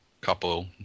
couple